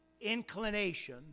inclination